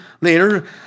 later